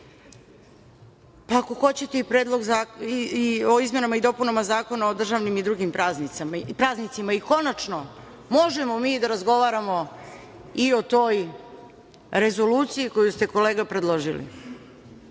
Pa, ako hoćete i Predlog zakona o izmenama i dopunama Zakona o državnim i drugim praznicima. Konačno, možemo mi da razgovaramo i o toj rezoluciji, koju ste kolega predložili,